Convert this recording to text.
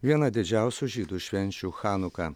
viena didžiausių žydų švenčių chanuka